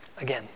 again